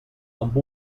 amb